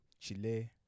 chile